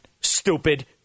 stupid